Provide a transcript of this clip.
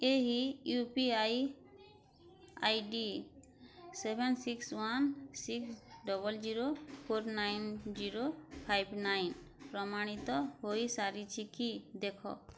ଏହି U P I ID seven six one six double zero four nine zero five nine ପ୍ରମାଣିତ ହୋଇସାରିଛି କି ଦେଖ